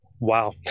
Wow